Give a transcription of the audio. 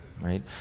right